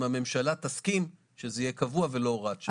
הממשלה תסכים שזה יהיה קבוע ולא הוראת שעה.